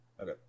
Okay